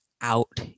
out